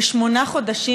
ושמונה חודשים,